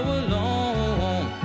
alone